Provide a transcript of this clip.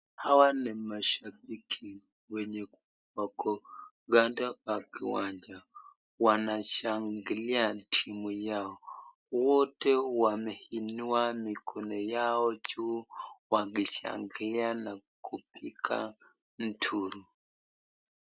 Hawa ni mashabiki wenye wako kando ya uwanja wakishangilia timu yao. Wote wameinua mikono yao juu na wakishangilia na kupiga nduru.